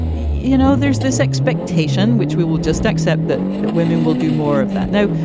you know, there's this expectation which we will just accept that that women will do more of that. now,